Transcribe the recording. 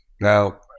Now